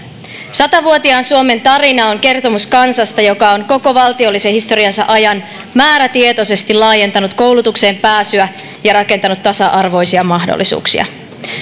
satavuotiaan suomen tarina on kertomus kansasta joka on koko valtiollisen historiansa ajan määrätietoisesti laajentanut koulutukseen pääsyä ja rakentanut tasa arvoisia mahdollisuuksia